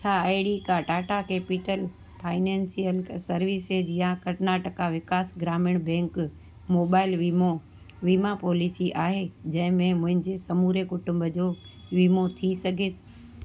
छा अहिड़ी का टाटा कैपिटल फाइनेंसियल सर्विसेज़ या कर्नाटका विकास ग्रामीण बैंक मोबाइल वीमो वीमा पॉलिसी आहे जंहिं में मुंहिंजे समूरे कुटुंब जो वीमो थी सघे